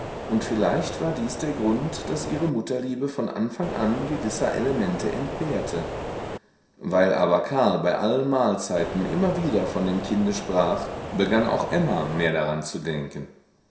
und vielleicht war dies der grund daß ihre mutterliebe von anfang an gewisser elemente entbehrte weil aber karl bei allen mahlzeiten immer wieder von dem kinde sprach begann auch emma mehr daran zu denken